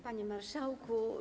Panie Marszałku!